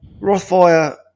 rothfire